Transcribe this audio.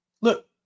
Look